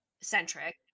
centric